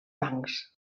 bancs